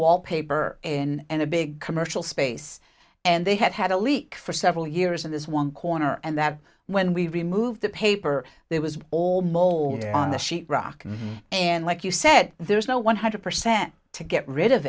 wallpaper in and a big commercial space and they had had a leak for several years in this one corner and that when we removed the paper there was all mold on the sheet rock and like you said there's no one hundred percent to get rid of